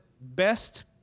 best